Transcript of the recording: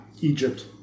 Egypt